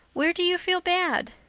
where do you feel bad?